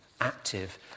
active